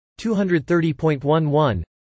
230.11